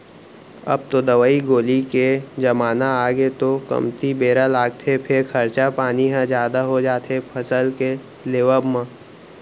अब तो दवई गोली के जमाना आगे तौ कमती बेरा लागथे फेर खरचा पानी ह जादा हो जाथे फसल के लेवब म